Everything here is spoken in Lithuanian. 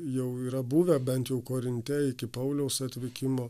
jau yra buvę bent jau korinte iki pauliaus atvykimo